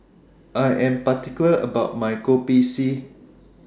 I Am particular about My Kopi C